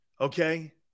Okay